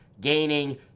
gaining